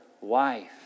wife